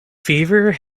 fever